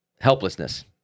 helplessness